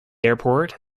airport